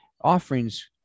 offerings